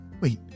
Wait